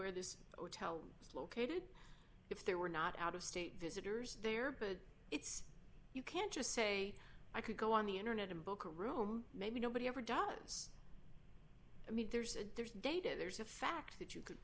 where this hotel is located if there were not out of state visitors there but it's you can't just say i could go on the internet and book or room maybe nobody ever does i mean there's a data there's the fact that you c